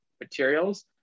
materials